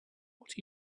what